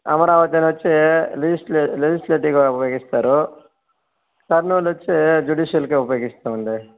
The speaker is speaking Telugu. అమరావతి వచ్చి లెజిస్లే లెజిస్లేటీవ్గా ఉపయోగిస్తారు కర్నూల్ వచ్చి జ్యుడిషియల్గా ఉపయోగిస్తాం అండి